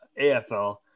AFL